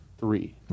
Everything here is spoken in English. three